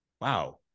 wow